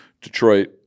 Detroit